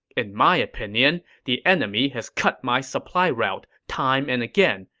in my opinion, the enemy has cut my supply route time and again,